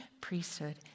priesthood